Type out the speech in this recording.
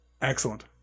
Excellent